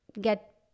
get